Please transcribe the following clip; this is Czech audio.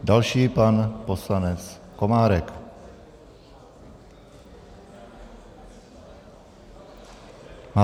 Další pan poslanec Komárek.